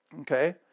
okay